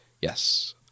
Yes